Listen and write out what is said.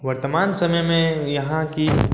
वर्तमान समय में यहाँ के